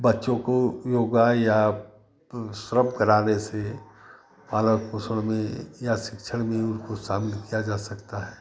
बच्चों को योगा या श्रम कराने से पालन पोषण में या शिक्षण में उनको शामिल किया जा सकता है